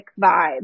vibe